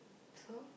so